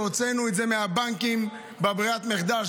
שהוצאנו את זה מהבנקים בברירת מחדל,